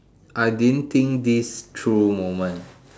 I didn't think this true moment